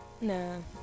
No